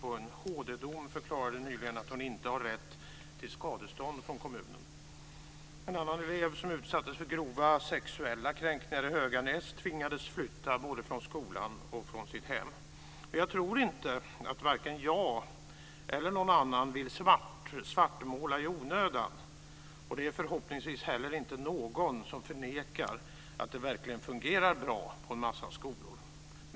I en HD-dom förklarades nyligen att hon inte har rätt till skadestånd från kommunen. En annan elev som utsattes för grova sexuella kränkningar i Höganäs tvingades flytta både från skolan och från sitt hem. Jag tror inte att vare sig jag eller någon annan vill svartmåla i onödan. Det är förhoppningsvis inte heller någon som förnekar att det verkligen fungerar bra på en massa skolor.